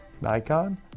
Nikon